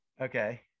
okay